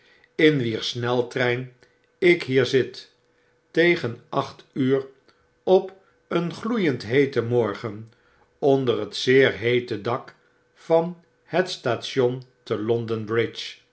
in wier sneltrein ik hier zit tegen act uur op een gloeiend heeten morgen onder het zeer heete dak van het station te